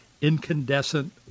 incandescent